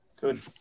Good